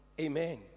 Amen